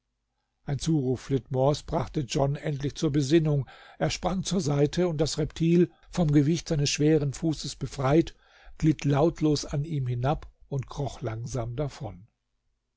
ein zuruf flitmores brachte john endlich zur besinnung er sprang zur seite und das reptil vom gewicht seines schweren fußes befreit glitt lautlos an ihm hinab und kroch langsam davon